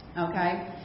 okay